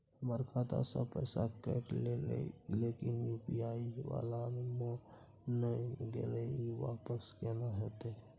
हमर खाता स पैसा कैट गेले इ लेकिन यु.पी.आई वाला म नय गेले इ वापस केना होतै?